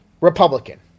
Republican